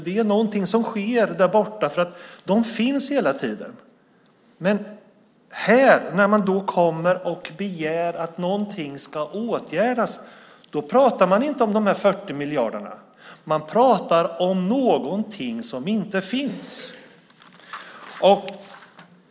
Det är någonting som sker där borta, för de finns hela tiden. Men när de här kommer och begär att någonting ska åtgärdas pratar man inte om de 40 miljarderna. Man pratar om någonting som inte finns.